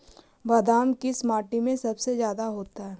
बादाम किस माटी में सबसे ज्यादा होता है?